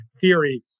theory